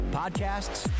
podcasts